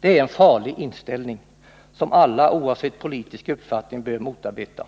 Det är en farlig inställning, som alla oavsett politisk uppfattning bör motarbeta.